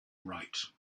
right